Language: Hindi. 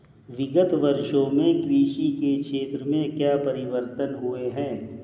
विगत वर्षों में कृषि के क्षेत्र में क्या परिवर्तन हुए हैं?